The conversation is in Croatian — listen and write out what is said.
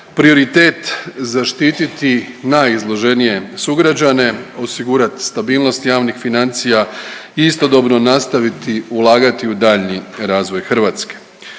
prioritet zaštititi najizloženije sugrađane, osigurati stabilnost javnih financija i istodobno nastaviti ulagati u daljnji razvoj Hrvatske.